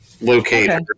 located